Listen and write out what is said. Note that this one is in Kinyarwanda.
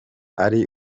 ari